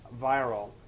viral